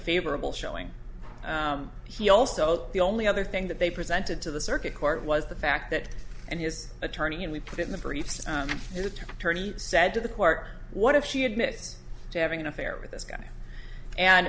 favorable showing he also the only other thing that they presented to the circuit court was the fact that and his attorney and we put in the briefs his attorney said to the court what if she admits to having an affair with this guy and